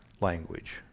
language